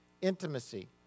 intimacy